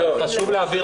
חשוב להבהיר